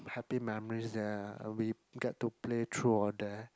happy memories there we get to play true or dare